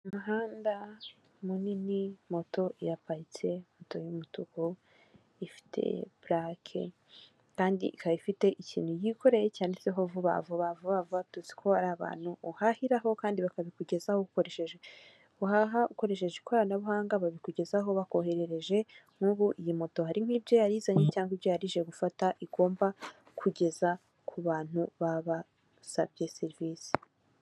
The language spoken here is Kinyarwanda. Umuhanda munini moto iyaparitse moto y'umutuku ifite pulake kandi ikaba ifite ikintu yikoreye cyanditseho vuba vuba, vuba vuba tuzi ko ari abantu uhahiraho kandi bakabikugezaho ukoreshe uhaha ukoresheje ikoranabuhanga babikugezaho bakoherereje, nk'ubu iyi moto harimo byo yari izanye cyangwa hari ibyo yari ije gufata igomba kugeza ku bantu babasabye serivisi.